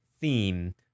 theme